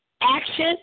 action